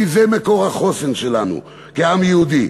כי זה מקור החוסן שלנו כעם יהודי.